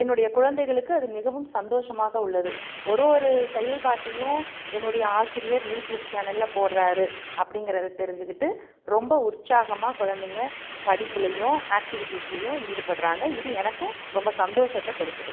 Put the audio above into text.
என்னுடைய குழந்தைகளுக்கு அது மிகவும் சந்தோஷமாக உள்ளது ஒரு ஒரு செயல்பாட்டையும் என்னுடைய ஆசிரியர் யூடியூப் சேனலில் போடுறாரு அப்படிங்கிறத தெரிஞ்சிக்கிட்டு ரொம்ப உற்சாகமாக குழந்தைங்க படிப்புலேயும் ஆக்டிவிட்டீஸ்லேயும் ஈடுபடுறாங்க இது எனக்கும் ரொம்ப சந்தோஷத்தை கொடுக்கிறது